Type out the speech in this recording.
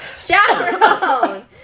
Chaperone